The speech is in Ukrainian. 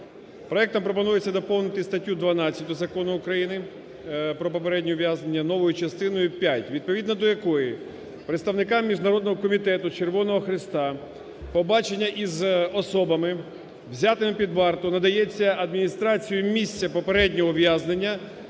Проектом пропонується доповнити статтю 12 Закону України "Про попереднє ув'язнення" новою частиною п'ять відповідно до якої представникам Міжнародного комітету Червоного Хреста побачення із особами взятими під варту надається адміністрацією місця попереднього ув'язнення